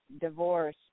divorce